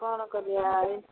କ'ଣ କରିବା ଭାଇ